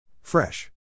Fresh